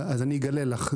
אז אני אגלה לך.